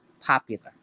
popular